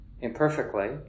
imperfectly